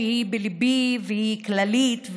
שהיא בליבי והיא כללית,